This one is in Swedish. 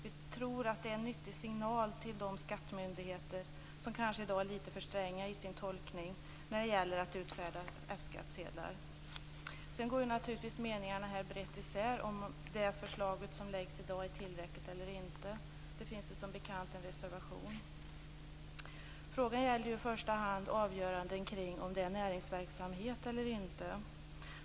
Vi tror att det är en nyttig signal till de skattemyndigheter som i dag kanske är litet för stränga i sin tolkning när det gäller att utfärda F Sedan går naturligtvis meningarna här brett isär om huruvida det förslag som vi nu diskuterar är tillräckligt eller inte. Det finns som bekant en reservation fogad till betänkandet. Frågan gäller i första hand avgöranden kring om det är fråga om näringsverksamhet eller inte.